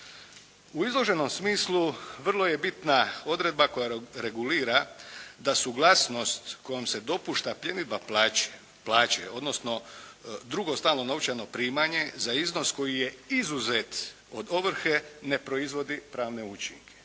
U izloženom smislu vrlo je bitna odredba koja regulira da suglasnost kojom se dopušta pljenidba plaće, odnosno drugo stalno novčano primanje za iznos koji je izuzet od ovrhe ne proizvodi pravne učinke.